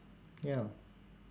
ya